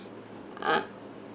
ah